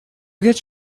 gets